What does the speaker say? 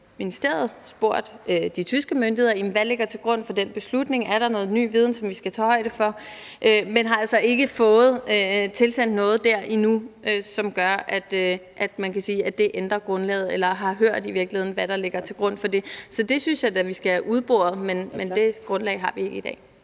ministeriet spurgt de tyske myndigheder, hvad der ligger til grund for den beslutning, og om der er noget ny viden, vi skal tage højde for, men vi har altså ikke fået tilsendt noget om det endnu, som gør, at man kan sige, at det ændrer grundlaget, og vi har heller ikke hørt, hvad der ligger til grund for det. Så det synes jeg da vi skal have udboret, men det grundlag har vi ikke i dag.